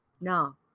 No